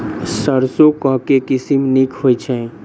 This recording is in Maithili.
सैरसो केँ के किसिम नीक होइ छै?